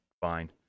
fine